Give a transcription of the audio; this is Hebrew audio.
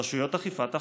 רשויות אכיפת החוק.